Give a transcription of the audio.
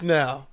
now